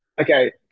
okay